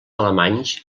alemanys